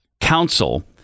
Council